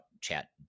chat